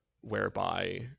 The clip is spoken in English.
whereby